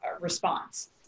response